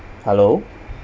hello